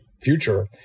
future